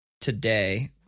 today